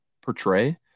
portray